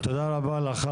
ניצן, תודה רבה לך.